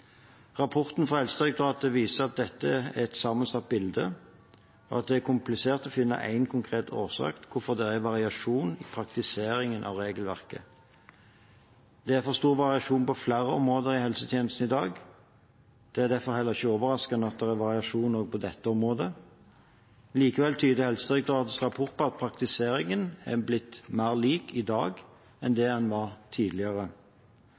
Rapporten fra Helsedirektoratet viser at dette er et sammensatt bilde, og at det er komplisert å finne én konkret årsak til at det er variasjon i praktiseringen av regelverket. Det er for stor variasjon på flere områder i helsetjenesten i dag. Det er derfor heller ikke overraskende at det er variasjon også på dette området. Likevel tyder Helsedirektoratets rapport på at praktiseringen er blitt mer lik i dag enn den var tidligere. Det